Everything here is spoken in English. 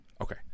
Okay